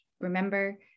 remember